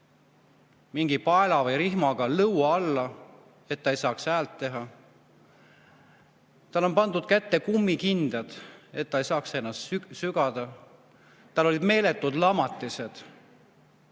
mingi paela või rihmaga lõua alla, et ta ei saaks häält teha. Talle on pandud kätte kummikindad, et ta ei saaks ennast sügada. Tal olid meeletud lamatised.